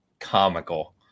comical